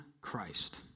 Christ